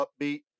upbeat